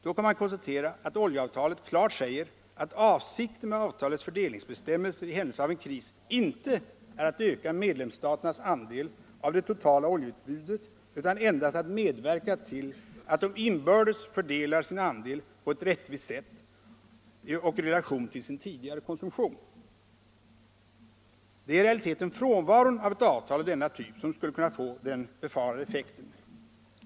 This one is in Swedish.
Då kan man konstatera att oljeavtalet klart säger att avsikten med avtalets fördelningsbestämmelser i händelse av en kris inte är att öka medlemsstaternas andel av det totala oljeutbudet utan endast att medverka till att de inbördes fördelar sin andel på ett rättvist sätt och i relation till sin tidigare konsumtion. Det är i realiteten frånvaron av ett avtal av denna typ som skulle kunna få den befarade effekten.